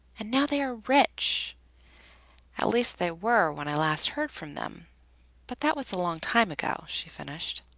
and now they are rich at least they were when i last heard from them but that was a long time ago, she finished.